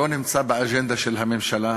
שלא נמצא באג'נדה של הממשלה,